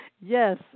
Yes